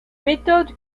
méthodes